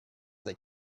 that